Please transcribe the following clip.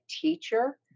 teacher